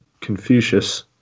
Confucius